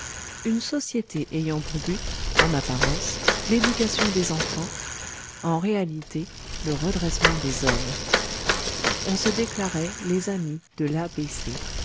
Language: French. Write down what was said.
une société ayant pour but en apparence l'éducation des enfants en réalité le redressement des hommes on se déclarait les amis de l'a